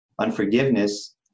unforgiveness